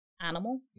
animal